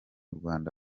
rwanda